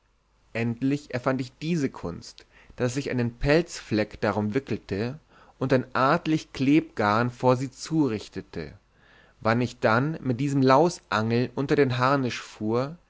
endlich erfand ich diese kunst daß ich einen pelzfleck darum wickelte und ein artlich klebgarn vor sie zurichtete wann ich dann mit diesem lausangel unter den harnisch fuhr